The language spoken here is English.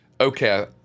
okay